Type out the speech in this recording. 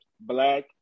black